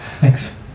Thanks